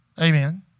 Amen